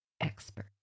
expert